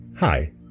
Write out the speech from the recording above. Hi